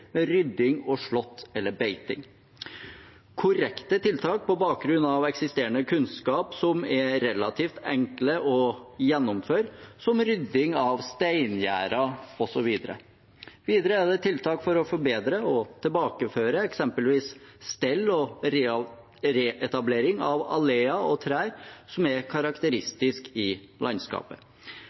rydding og slått eller beiting korrekte tiltak på bakgrunn av eksisterende kunnskap som er relativt enkle å gjennomføre, som rydding av steingjerder osv. tiltak for å forbedre og tilbakeføre eksempelvis stell og reetablering av alleer og trær som er karakteristiske i landskapet